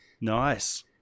Nice